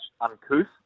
uncouth